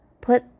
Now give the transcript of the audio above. put